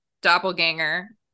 doppelganger